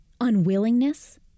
unwillingness